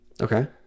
Okay